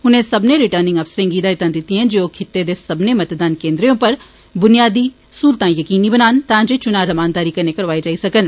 उनें सब्बनें रिर्टिनंग अफसरें गी हिदायतां दितियां जे ओ खिते दे सब्बनें मतदान केन्द्रें उप्पर बुनियादी सहूलतां यकीनी बनान तां जे चुनां रमानदारी कन्नै करौआए जाई सकन